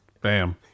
bam